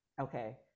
okay